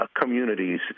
communities